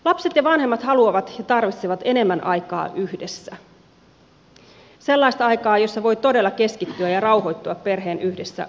lapset ja vanhemmat haluavat ja tarvitsevat enemmän aikaa yhdessä sellaista aikaa jossa voi todella keskittyä ja rauhoittua perheen yhdessäoloon